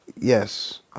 Yes